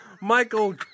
Michael